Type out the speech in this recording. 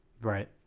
Right